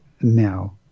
now